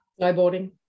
snowboarding